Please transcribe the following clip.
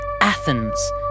Athens